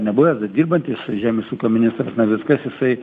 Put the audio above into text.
nebuvęs bet dirbantis žemės ūkio ministras navickas jisai